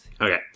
Okay